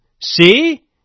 See